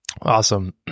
Awesome